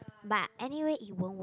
but anyway it won't work